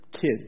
kid